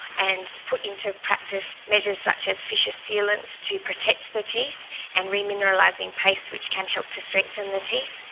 and put into practice measures such as fissure sealants to protect the teeth and re-mineralising paste which can help to strengthen the teeth.